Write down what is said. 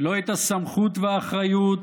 לא את הסמכות והאחריות,